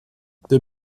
the